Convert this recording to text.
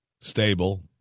stable